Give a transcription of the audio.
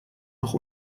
noch